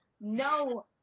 no